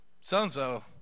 So-and-so